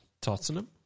Tottenham